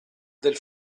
del